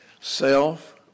Self